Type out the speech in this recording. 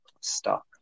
Stop